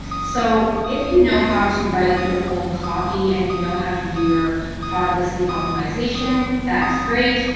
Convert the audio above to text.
so if you know how to write your own copy and you know how to do your product listing optimization, that's great.